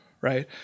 Right